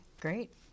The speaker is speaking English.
Great